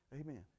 Amen